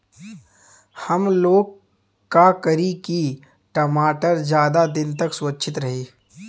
हमलोग का करी की टमाटर ज्यादा दिन तक सुरक्षित रही?